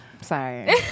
Sorry